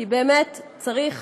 כי באמת צריך